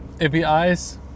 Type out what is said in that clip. APIs